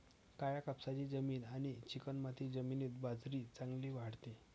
काळ्या कापसाची जमीन आणि चिकणमाती जमिनीत बाजरी चांगली वाढते